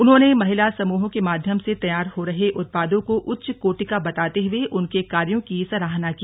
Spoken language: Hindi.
उन्होंने महिला समूहों के माध्यम से तैयार हो रहे उत्पादों को उच्चकोटि का बताते हुए उनके कार्यो की सराहना की